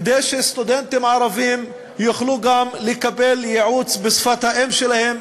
כדי שסטודנטים ערבים יוכלו גם לקבל ייעוץ בשפת האם שלהם,